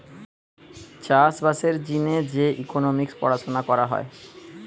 চাষ বাসের জিনে যে ইকোনোমিক্স পড়াশুনা করা হয়